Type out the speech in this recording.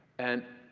and